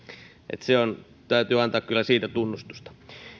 täytyy antaa kyllä siitä tunnustusta